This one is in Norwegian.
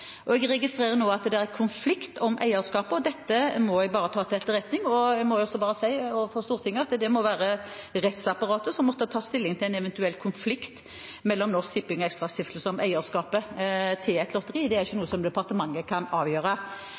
eierandel. Jeg registrerer nå at det er konflikt om eierskapet, og det må jeg bare ta til etterretning. Jeg må også si overfor Stortinget at det er rettsapparatet som må ta stilling til en eventuell konflikt mellom Norsk Tipping og ExtraStiftelsen om eierskapet til lotteriet, det er ikke noe som departementet kan avgjøre.